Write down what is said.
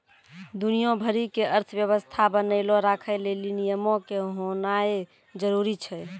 दुनिया भरि के अर्थव्यवस्था बनैलो राखै लेली नियमो के होनाए जरुरी छै